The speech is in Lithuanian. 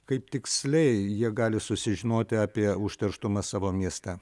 kaip tiksliai jie gali susižinoti apie užterštumą savo mieste